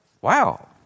wow